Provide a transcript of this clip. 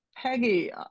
Peggy